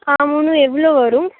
ஆ மூணும் எவ்வளோ வரும்